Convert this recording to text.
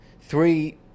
three